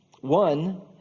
One